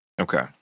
Okay